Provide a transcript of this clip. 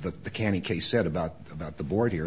the canny kay said about about the board here